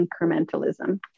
incrementalism